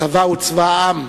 הצבא הוא צבא העם,